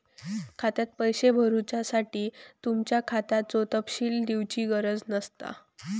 खात्यात पैशे भरुच्यासाठी तुमच्या खात्याचो तपशील दिवची गरज नसता